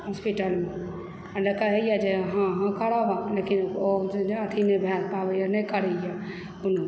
हॉस्पिटलमे आ कहैए जे हँ करब लेकिन जे ओ अथी नहि भए पाबैए नहि करैए कोनो